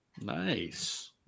Nice